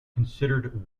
considered